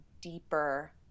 deeper